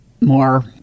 more